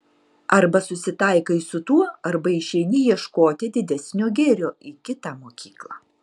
arba susitaikai su tuo arba išeini ieškoti didesnio gėrio į kitą mokyklą